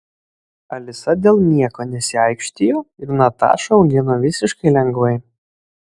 alisa dėl nieko nesiaikštijo ir natašą augino visiškai lengvai